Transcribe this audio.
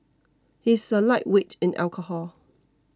he is a lightweight in alcohol